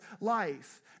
life